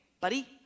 buddy